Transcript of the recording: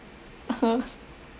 (uh huh)